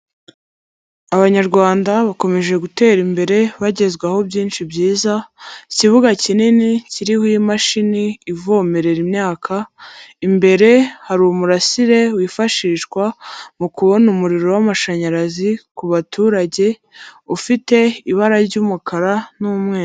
Abanyarwanda bakomeje gutera imbere bagezwaho byinshi byiza, ikibuga kinini kiriho imashini ivomerera imyaka, imbere hari umurasire wifashishwa mu kubona umuriro w'amashanyarazi ku baturage ufite ibara ry'umukara n'umweru.